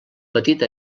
petit